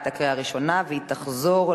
התשע"ב 2011,